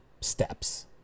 steps